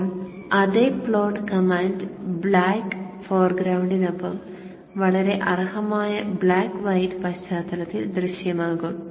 ഇപ്പോൾ അതേ plot command black ഫോർഗ്രൌണ്ടിനൊപ്പം വളരെ അർഹമായ ബ്ലാക്ക് വൈറ്റ് പശ്ചാത്തലത്തിൽ ദൃശ്യമാകും